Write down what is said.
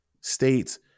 states